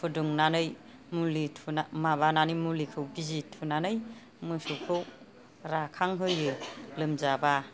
फुदुंनानै मुलि थुना माबानानै मुलिखौ बिजि थुनानै मोसौखौ राखांहोयो लोमजाबा